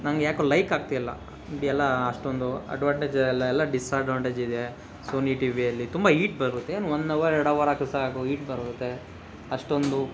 ನನಗೆ ಯಾಕೊ ಲೈಕ್ ಆಗ್ತಿಲ್ಲ ಇದೆಲ್ಲಾ ಅಷ್ಟೊಂದು ಅಡ್ವಾಂಟೇಜ್ ಎಲ್ಲ ಎಲ್ಲಾ ಡಿಸ್ಅಡ್ವಾಂಟೇಜ್ ಇದೆ ಸೋನಿ ಟಿ ವಿಯಲ್ಲಿ ತುಂಬ ಹೀಟ್ ಬರುತ್ತೆ ಏನು ವನ್ ಹವರ್ ಎರಡು ಹವರ್ ಹಾಕಿದರೆ ಸಾಕು ಹೀಟ್ ಬರುತ್ತೆ ಅಷ್ಟೊಂದು